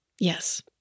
Yes